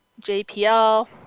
JPL